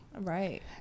Right